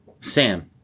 Sam